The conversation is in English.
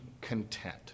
content